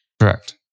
Correct